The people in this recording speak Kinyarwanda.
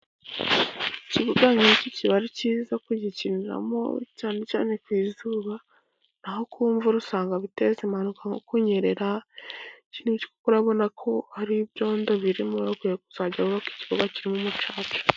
Ikibuga nkiki kiba ari cyiza kugikiniramo cyane cyane ku izuba, naho ku mvura usanga biteza impanuka nko kunyerera, kuko urabona ko hari ibyondo birimo bakwiye gukinira mu kibuga kirimo umucaca.